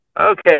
okay